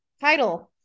Title